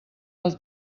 del